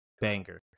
banger